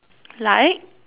like